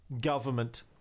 government